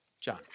John